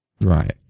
right